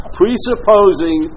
presupposing